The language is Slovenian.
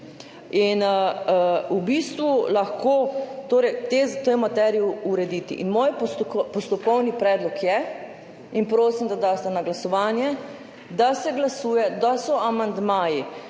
v bistvu lahko to materijo uredite. Moj postopkovni predlog je, in prosim, da daste na glasovanje, da se glasuje, da so amandmaji